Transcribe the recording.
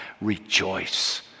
Rejoice